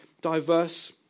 diverse